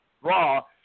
Raw